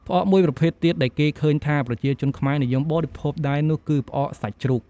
ផ្អកមួយប្រភេទទៀតដែលគេឃើញថា ប្រជាជនខ្មែរនិយមបរិភោគដែរនោះគឺ ផ្អកសាច់ជ្រូក។